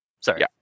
Sorry